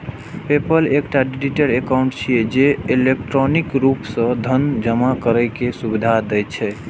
PayPal एकटा digital account छियै, जे इलेक्ट्रॉनिक रूप सं धन जमा करै के सुविधा दै छै